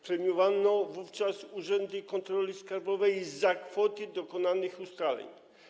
Premiowano wówczas urzędy kontroli skarbowej za kwoty dokonanych ustaleń.